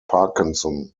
parkinson